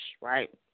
right